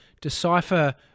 decipher